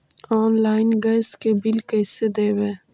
Online gas के bill कैसे देबै?